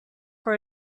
for